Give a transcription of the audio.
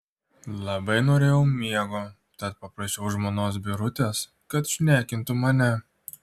labai norėjau miego tad paprašiau žmonos birutės kad šnekintų mane